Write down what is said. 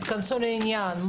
תתכנסו לעניין,